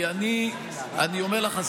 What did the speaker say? כי אני אומר לך,